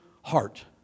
heart